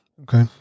Okay